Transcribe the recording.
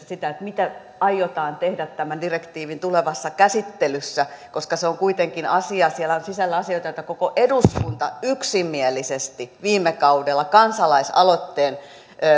sitä mitä aiotaan tehdä tämän direktiivin tulevassa käsittelyssä koska se on kuitenkin asia jonka sisällä on asioita joita koko eduskunta yksimielisesti viime kaudella kansalaisaloitteen